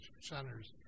centers